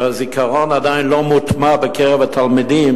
שהזיכרון עדיין לא מוטמע בקרב התלמידים